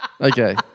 Okay